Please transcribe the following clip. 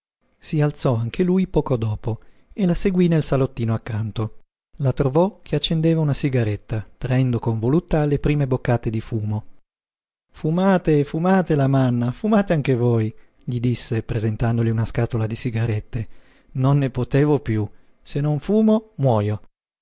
si alzò anche lui poco dopo e la seguí nel salottino accanto la trovò che accendeva una sigaretta traendo con voluttà le prime boccate di fumo fumate fumate lamanna fumate anche voi gli disse presentandogli una scatola di sigarette non ne potevo piú se non fumo muojo